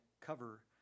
cover